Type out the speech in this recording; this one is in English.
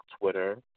Twitter